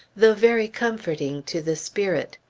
though very comforting to the spirit.